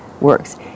works